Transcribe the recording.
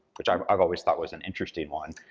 which i've i've always thought was an interesting one.